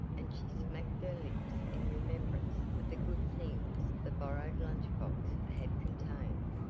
and she smacked her lips in remembrance of the good things the borrowed lunch box had contained.